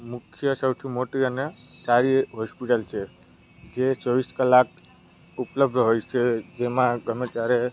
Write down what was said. મુખ્ય સૌથી મોટી અને સારી હોસ્પિટલ છે જે ચોવીસ કલાક ઉપલબ્ધ હોય છે જેમાં ગમે ત્યારે